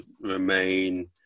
Remain